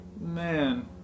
Man